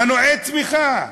מנועי צמיחה,